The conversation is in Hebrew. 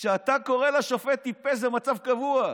כשאתה קורא לשופט "טיפש", זה מצב קבוע.